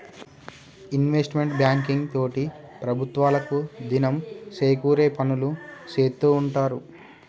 investment banking తోటి ప్రభుత్వాలకు దినం సేకూరే పనులు సేత్తూ ఉంటారు